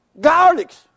garlics